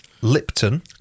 Lipton